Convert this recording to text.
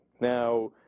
Now